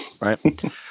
Right